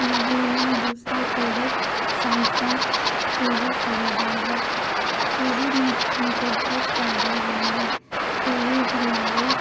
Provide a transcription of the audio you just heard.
ہم نے دوسرا پروڈکٹ سیمسنگ ٹی وی خریدا ہے ٹی وی میں ہم کو بہت فائدے ہوئے ہیں ٹی وی ہماری